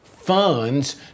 funds